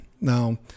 Now